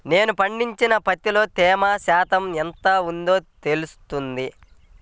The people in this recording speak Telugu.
నేను పండించిన పత్తిలో తేమ శాతం ఎంత ఉందో ఎలా తెలుస్తుంది?